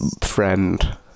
friend